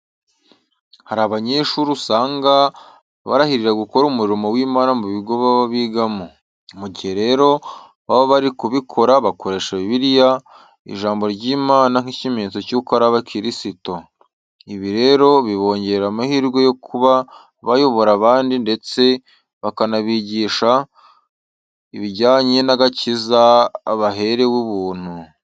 Hari abanyeshuri usanga barahirira gukora umurimo w'Imana mu bigo baba bigamo. Mu gihe rero baba bari kubikora bakoresha Bibiliya ijambo ry'Imana nk'ikimenyetso cyuko ari abakirisito. Ibi rero bibongerera amahirwe yo kuba bayobora abandi ndetse bakanabigisha ibijyanye n'agakiza baherewe ubuntu.